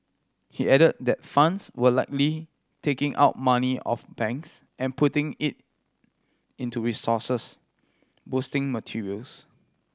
he added that funds were likely taking out money of banks and putting it into resources boosting materials